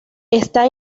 está